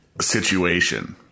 situation